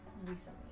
recently